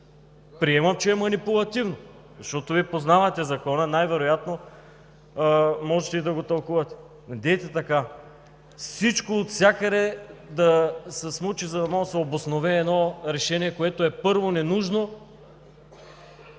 приемам, че е манипулативно, защото Вие познавате Закона, най-вероятно може и да го тълкувате. Недейте така! Всичко и отвсякъде да се смуче, за да може да се обоснове едно решение, което, първо, е